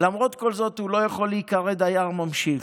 למרות כל זאת הוא לא יכול להיקרא דייר ממשיך.